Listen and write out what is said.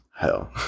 hell